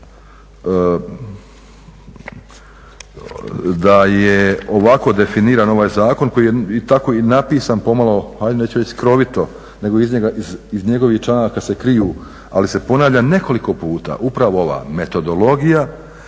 da je ovako definiran ovaj zakon koji je tako i napisan, pomalo neću reći skrovito nego iz njegovih članaka se kriju, ali se ponavlja nekoliko puta upravo ova metodologija